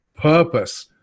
purpose